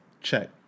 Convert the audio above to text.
check